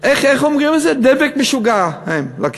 איך אומרים את זה, דבק משוגע לכיסאות.